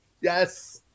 yes